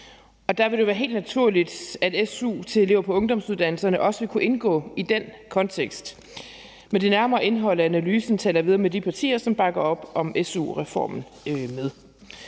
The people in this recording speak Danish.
og der vil det jo være helt naturligt, at su til elever på ungdomsuddannelserne også vil kunne indgå i den kontekst. Men det nærmere indhold af analysen taler jeg videre med de partier, som bakker op om su-reformen, om.